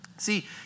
See